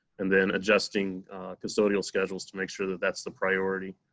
and then adjusting custodial schedules to make sure that that's the priority.